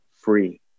free